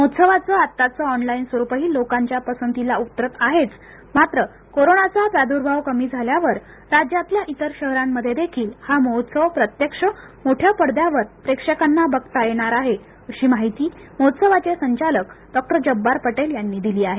महोत्सवाचं आताच ऑनलाईन स्वरूपही लोकांच्या पसंतीला उतरत आहेच मात्र कोरोनाचा प्राद्र्भाव कमी झाल्यावर राज्यातल्या इतर शहरांमध्ये देखील हा महोत्सव प्रत्यक्ष मोठ्या पडद्यावर प्रेक्षकांना बघता येणार आहे अशी माहिती महोत्सवाचे संचालक डॉ जब्बार पटेल यांनी दिली आहे